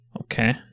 Okay